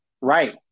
Right